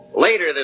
Later